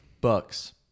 Bucks